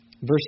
verse